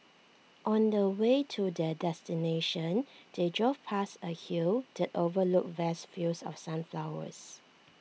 on the way to their destination they drove past A hill that overlooked vast fields of sunflowers